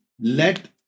Let